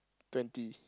twenty